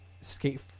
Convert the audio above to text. Skate